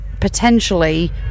potentially